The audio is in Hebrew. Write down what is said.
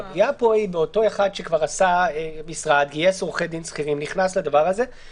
אני לא חושב שכלי סינון היה אחד מהמטרות של החוק.